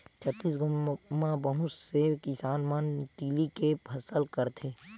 छत्तीसगढ़ म बहुत से किसान मन तिली के फसल करथे